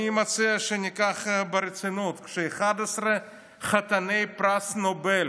אני מציע שניקח ברצינות את זה ש-11 חתני פרס נובל